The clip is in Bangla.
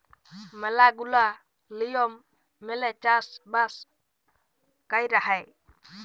ম্যালা গুলা লিয়ম মেলে চাষ বাস কয়রা হ্যয়